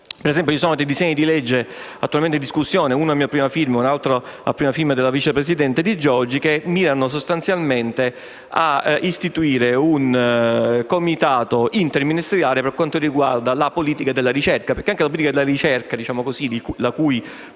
ricerca. Vi sono dei disegni di legge attualmente in discussione (uno a mia prima firma e uno a prima firma della vicepresidente Di Giorgi) che mirano, sostanzialmente, a istituire un comitato interministeriale per quanto riguarda la politica della ricerca. Anche la politica della ricerca, della quale la